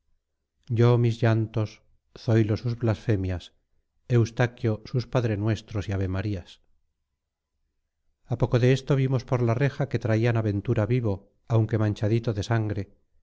yo mis llantos zoilo sus blasfemias eustaquio sus padrenuestros y avemarías a poco de esto vimos por la reja que traían a ventura vivo aunque manchadito de sangre